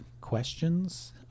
questions